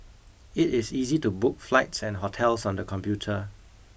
it is easy to book flights and hotels on the computer